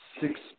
six